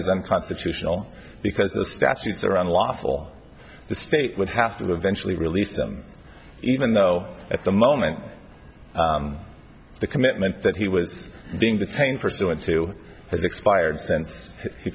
is unconstitutional because the statutes around lawful the state would have to eventually release them even though at the moment the commitment that he was being detained pursuant to has expired since he